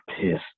pissed